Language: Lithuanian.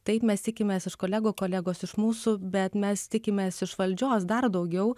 taip mes tikimės iš kolegų kolegos iš mūsų bet mes tikimės iš valdžios dar daugiau